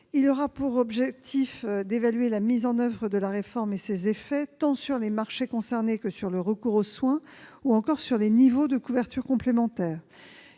aura pour objectif d'évaluer la mise en oeuvre de la réforme et ses effets, tant sur les marchés concernés que sur le recours aux soins ou encore sur les niveaux de couverture complémentaire.